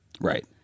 Right